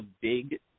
big